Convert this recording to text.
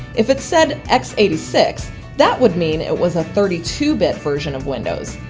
if it said x eight six that would mean it was a thirty two bit version of windows.